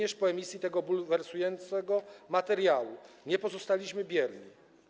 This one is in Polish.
Także po emisji tego bulwersującego materiału nie pozostaliśmy bierni.